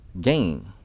gain